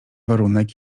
warunek